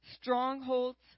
Strongholds